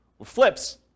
flips